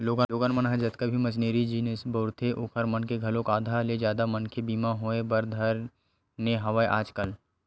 लोगन मन ह जतका भी मसीनरी जिनिस बउरथे ओखर मन के घलोक आधा ले जादा मनके बीमा होय बर धर ने हवय आजकल